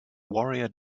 warrior